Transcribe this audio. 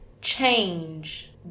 change